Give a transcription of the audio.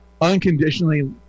unconditionally